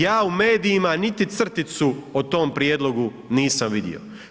Ja u medijima niti crticu o tom prijedlogu nisam vidio.